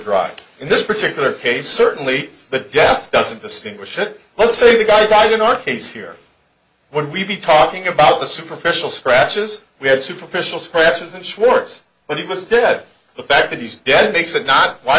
dry in this particular case certainly the death doesn't distinguish it let's say the guy died in our case here when we be talking about the superficial scratches we had superficial scratches and schwartz when he was dead the fact that he's dead makes it not why